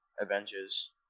Avengers